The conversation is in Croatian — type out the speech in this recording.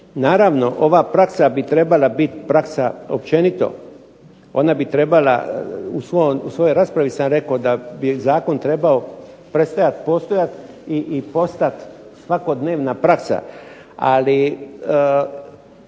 Naravno, ova praksa bi trebala biti praksa općenito. Ona bi trebala, u svojoj raspravi sam rekao da bi zakon trebao prestajati postojati i postati svakodnevna praksa.